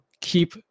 keep